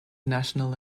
national